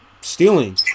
stealing